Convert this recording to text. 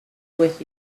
with